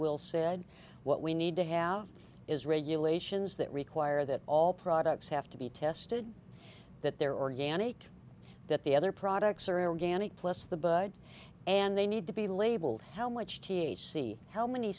will said what we need to have is regulations that require that all products have to be tested that they're organic that the other products are in gannett plus the bud and they need to be labeled held much t h c how many